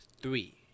three